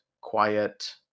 quiet